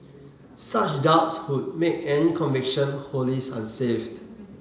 such doubts would make any conviction wholly unsafe